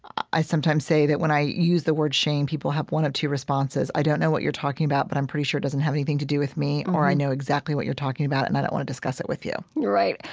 i sometimes say that when i use the word shame, people have one of two responses i don't know what you're talking about, but i'm pretty sure it doesn't have anything to do with me, or i know exactly what you're talking about and i don't want to discuss it with you right.